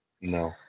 no